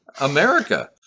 America